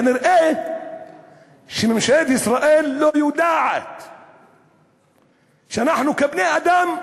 כנראה ממשלת ישראל לא יודעת שאנחנו, כבני-אדם,